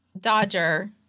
Dodger